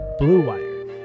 BLUEWIRE